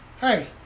hey